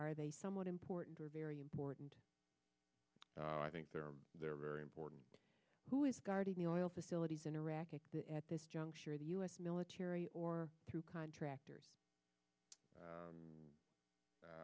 are they somewhat important or very important i think they're they're very important who is guarding the oil facilities in iraq at this juncture the u s military or through contractors